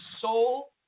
soul